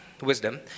wisdom